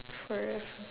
for real